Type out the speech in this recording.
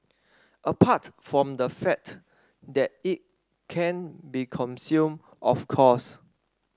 apart from the fat that it can't be consumed of course